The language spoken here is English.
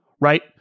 Right